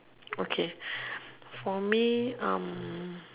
okay for me